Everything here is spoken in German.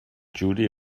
judy